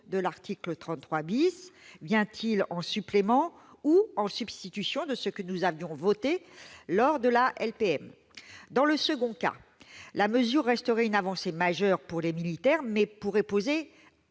de l'article 33 ? Vient-elle en supplément ou en substitution de ce que nous avions voté dans le cadre de la LPM ? Dans le second cas, la mesure resterait une avancée majeure pour les militaires, mais pourrait poser